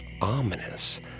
ominous